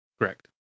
Correct